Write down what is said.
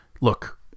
look